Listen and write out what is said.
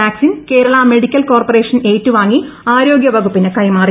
vaccine Kerala medical corporation ഏറ്റുവാങ്ങി ആരോഗ്യ വകുപ്പിനു കൈമാറി